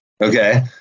Okay